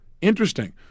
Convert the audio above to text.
Interesting